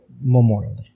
memorial